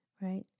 right